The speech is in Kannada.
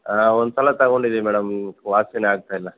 ಅಲ್ಲ ಒಂದು ಸಲ ತಗೊಂಡಿದೀವಿ ಮೇಡಮ್ ವಾಸಿಯೇ ಆಗ್ತಾ ಇಲ್ಲ